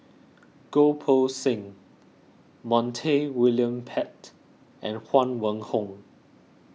Goh Poh Seng Montague William Pett and Huang Wenhong